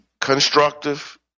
constructive